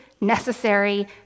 necessary